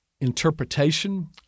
interpretation